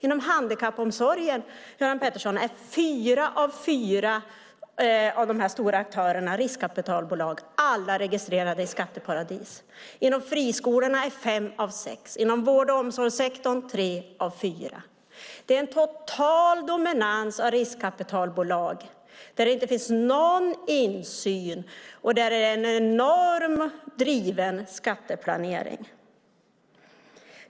Inom handikappomsorgen är fyra av fyra stora aktörer riskkapitalbolag - alla registrerade i skatteparadis. Inom friskolan är det fem av sex. Inom vård och omsorgssektorn är det tre av fyra. Det är en total dominans av riskkapitalbolag där det inte finns någon insyn och där skatteplaneringen är långt driven.